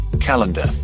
calendar